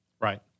Right